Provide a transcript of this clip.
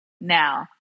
Now